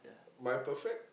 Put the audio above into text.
my perfect